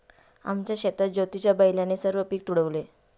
आमच्या शेतात ज्योतीच्या बैलाने सर्व पीक तुडवले